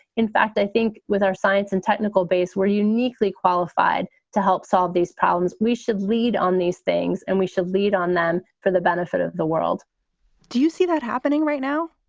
in fact, i think with our science and technical base, we're uniquely qualified to help solve these problems. we should lead on these things and we should lead on them for the benefit of the world do you see that happening right now?